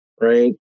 right